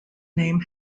name